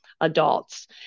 Adults